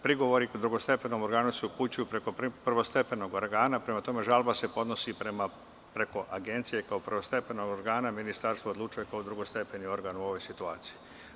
Prigovori drugostepenom organu se upućuju preko prvostepenog organa, prema tome, žalba se podnosi preko agencije kao prvostepenog organa, ministarstvo odlučuje kao drugostepeni organ u ovoj situaciji.